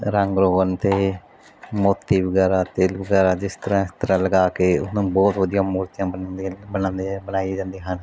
ਰੰਗ ਰੋਗਨ ਅਤੇ ਮੋਤੀ ਵਗੈਰਾ ਤੇਲ ਵਗੈਰਾ ਜਿਸ ਤਰ੍ਹਾਂ ਇਸ ਤਰ੍ਹਾਂ ਲਗਾ ਕੇ ਬਹੁਤ ਵਧੀਆ ਮੂਰਤੀਆਂ ਬਣਾਉਂਦੇ ਹੈ ਬਣਾਈ ਜਾਂਦੀ ਹਨ